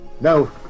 No